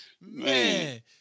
Man